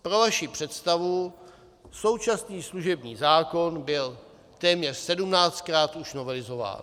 Pro vaši představu, současný služební zákon byl téměř sedmnáctkrát už novelizován.